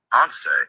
Answer